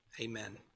amen